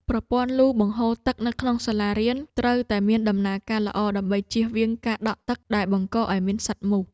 ប្រព័ន្ធលូបង្ហូរទឹកនៅក្នុងសាលារៀនត្រូវតែមានដំណើរការល្អដើម្បីជៀសវាងការដក់ទឹកដែលបង្កឱ្យមានសត្វមូស។